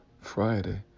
Friday